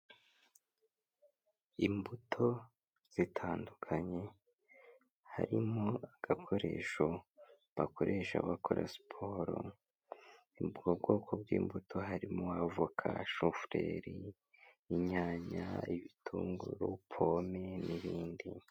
Imbuto zitandukanye, harimo agakoresho bakoresha bakora siporo, ubwo bwoko bw'imbuto harimo avoka, shofureri, inyanya, ibitunguru, pome n'ibindi.